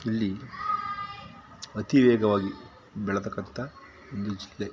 ಇಲ್ಲಿ ಅತಿ ವೇಗವಾಗಿ ಬೆಳೀತಕ್ಕಂಥ ಒಂದು ಜಿಲ್ಲೆ